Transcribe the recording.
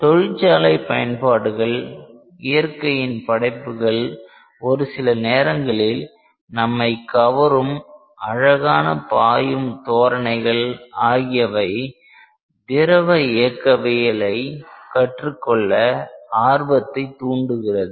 தொழிற்சாலை பயன்பாடுகள் இயற்கையின் படைப்புகள் ஒரு சில நேரங்களில் நம்மை கவரும் அழகான பாயும் தோரணைகள் ஆகியவை திரவ இயக்கவியலை கற்றுக்கொள்ள ஆர்வத்தை தூண்டுகிறது